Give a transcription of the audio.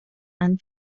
and